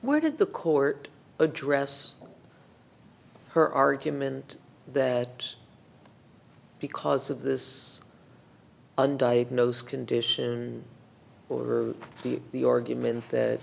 where did the court address her argument that because of this undiagnosed condition or the the argument that